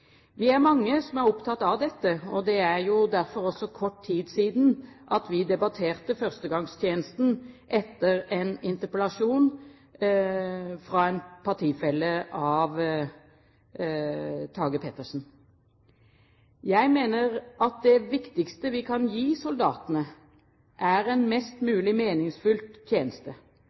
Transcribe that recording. Vi er mange som er opptatt av dette, og det er også derfor kort tid siden vi debatterte førstegangstjenesten etter en interpellasjon fra en partifelle av Tage Pettersen. Jeg mener at det viktigste vi kan gi soldatene, er en mest mulig meningsfylt tjeneste,